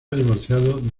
divorciado